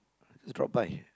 drop by